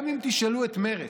גם אם תשאלו את מרצ